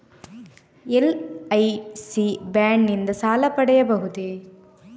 LIC bond ನಿಂದ ಸಾಲ ಪಡೆಯಬಹುದೇ?